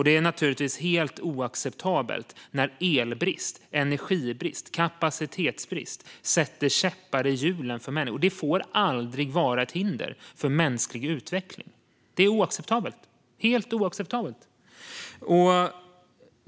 Det är naturligtvis helt oacceptabelt när elbrist, energibrist eller kapacitetsbrist sätter käppar i hjulen för människor. Det får aldrig vara ett hinder för mänsklig utveckling. Det är helt oacceptabelt.